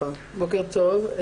בוקר טוב.